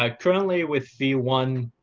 um currently with v one,